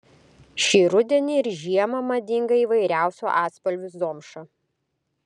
šį rudenį ir žiemą madinga įvairiausių atspalvių zomša